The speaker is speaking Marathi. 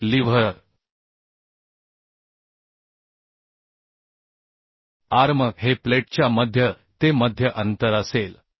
तर लीव्हर आर्म हे प्लेटच्या मध्य ते मध्य अंतर असेल